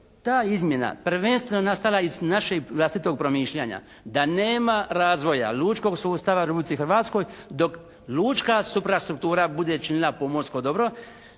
ta izmjena prvenstveno nastala iz našeg vlastitog promišljanja da nema razvoja lučkog sustava luci hrvatskoj dok lučka suprastruktura bude činila pomorsko dobro